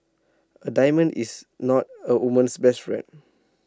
A diamond is not A woman's best friend